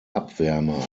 abwärme